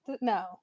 No